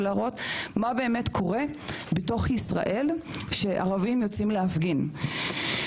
להראות מה באמת קורה בתוך ישראל כשערבים יוצאים להפגין.